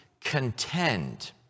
contend